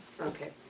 Okay